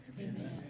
Amen